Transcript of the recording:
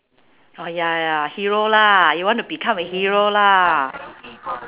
oh ya ya hero lah you want to become a hero lah